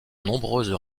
nombreuses